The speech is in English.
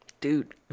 Dude